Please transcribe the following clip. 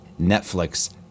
Netflix